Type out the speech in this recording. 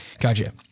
Gotcha